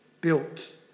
built